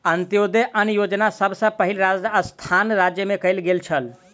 अन्त्योदय अन्न योजना सभ सॅ पहिल राजस्थान राज्य मे कयल गेल छल